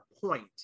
point